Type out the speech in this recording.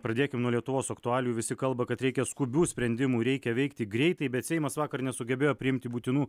pradėkim nuo lietuvos aktualijų visi kalba kad reikia skubių sprendimų reikia veikti greitai bet seimas vakar nesugebėjo priimti būtinų